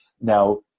Now